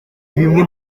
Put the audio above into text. bimwe